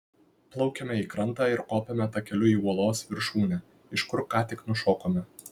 plaukiame į krantą ir kopiame takeliu į uolos viršūnę iš kur ką tik nušokome